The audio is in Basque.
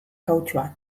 kautxua